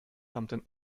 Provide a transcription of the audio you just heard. tamten